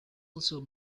also